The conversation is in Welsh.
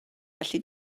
felly